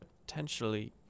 potentially